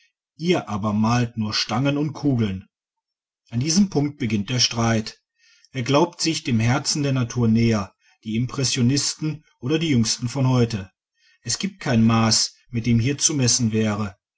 ihr aber malt nur stangen und kugeln an diesem punkte beginnt der streit wer glaubt sich dem herzen der natur näher die impressionisten oder die jüngsten von heute es gibt kein maß mit dem hier zu messen wäre